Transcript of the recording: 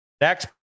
Next